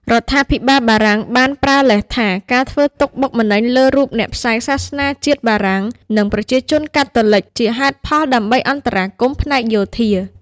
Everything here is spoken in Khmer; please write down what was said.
រដ្ឋាភិបាលបារាំងបានប្រើលេសថា ការធ្វើទុក្ខបុកម្នេញលើរូបអ្នកផ្សាយសាសនាជាតិបារាំង និងប្រជាជនកាតូលិកជាហេតុផលដើម្បីអន្តរាគមន៍ផ្នែកយោធា។